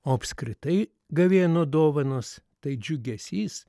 o apskritai gavėno dovanos tai džiugesys